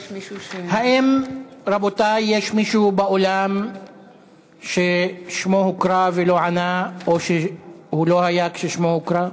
האם יש מישהו באולם ששמו הוקרא ולא ענה או שלא היה כששמו הוקרא?